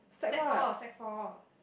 sec four sec four